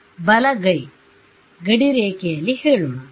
the ಬಲಗೈ ಗಡಿರೇಖೆ ಯಲ್ಲಿ ಹೇಳೋಣ